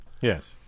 Yes